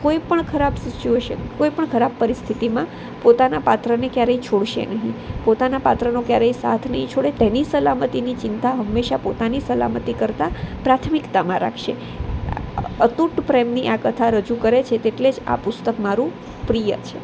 કોઈ પણ ખરાબ સિચવેશન કોઈ પણ ખરાબ પરિસ્થિતિમાં પોતાના પાત્રને ક્યારેય છોડશે નહીં પોતાના પાત્રનો ક્યારેય સાથ નહીં છોડે તેની સલામતીની ચિંતા હંમેશાં પોતાની સલામતી કરતાં પ્રાથમિકતામાં રાખશે અતૂટ પ્રેમની આ કથા રજૂ કરે છે તેટલે જ આ પુસ્તક મારું પ્રિય છે